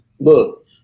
look